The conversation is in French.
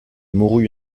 mourut